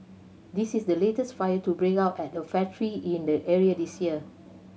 this is the latest fire to break out at a factory in the area this year